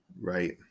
right